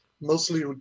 mostly